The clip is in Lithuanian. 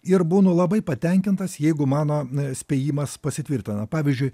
ir būnu labai patenkintas jeigu mano spėjimas pasitvirtina pavyzdžiui